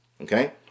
Okay